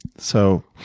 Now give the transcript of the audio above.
so